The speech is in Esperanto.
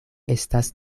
estas